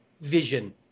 vision